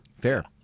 Fair